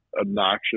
obnoxious